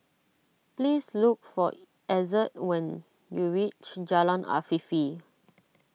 please look for Ezzard when you reach Jalan Afifi